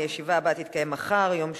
הישיבה הבאה תתקיים מחר, יום שלישי,